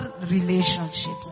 relationships